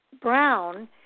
Brown